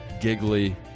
giggly